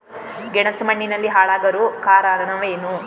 ಗೆಣಸು ಮಣ್ಣಿನಲ್ಲಿ ಹಾಳಾಗಲು ಕಾರಣವೇನು?